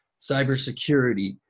cybersecurity